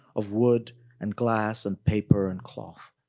of wood and glass and paper and cloth,